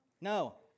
No